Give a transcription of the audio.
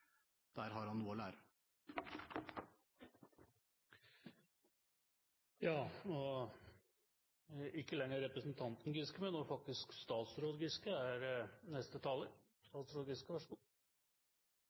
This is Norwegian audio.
Der har han noe å lære. Ikke lenger representanten Giske, men faktisk statsråd Giske er neste taler.